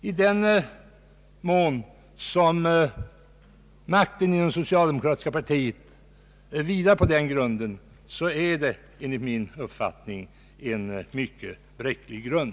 I den mån makten inom det socialdemokratiska partiet vilar på den grunden, vilar den enligt min uppfattning på en mycket bräcklig grund.